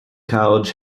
college